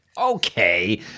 Okay